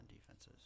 defenses